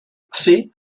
tři